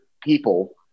people